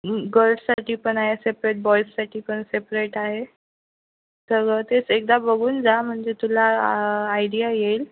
गर्ल्ससाठी पण आहे सेपरेट बॉईजसाठी पण सेपरेट आहे सगळं तेच एकदा बघून जा म्हणजे तुला आयडिया येईल